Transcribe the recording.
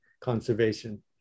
conservation